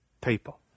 people